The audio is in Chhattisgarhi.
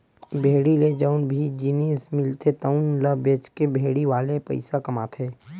भेड़ी ले जउन भी जिनिस मिलथे तउन ल बेचके भेड़ी वाले पइसा कमाथे